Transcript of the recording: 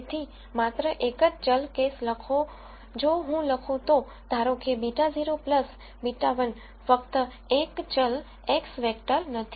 તેથી માત્ર એક જ ચલ કેસ લખો જો હું લખું તો ધારોકે β0 β1 ફક્ત 1 ચલ x વેક્ટર નથી